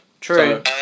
True